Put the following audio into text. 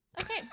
Okay